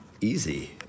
easy